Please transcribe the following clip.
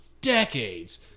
decades